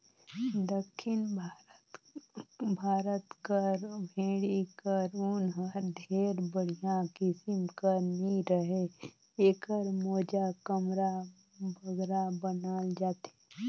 दक्खिन भारत कर भेंड़ी कर ऊन हर ढेर बड़िहा किसिम कर नी रहें एकर मोजा, कमरा बगरा बनाल जाथे